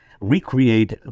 recreate